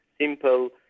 simple